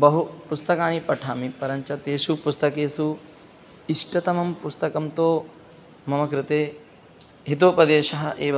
बहु पुस्तकानि पठामि परञ्च तेशु पुस्तकेषु इष्टतमं पुस्कं तु मम कृते हितोपदेशः एव